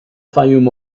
fayoum